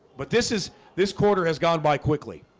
but this is this quarter has gone by quickly.